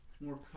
More